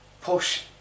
push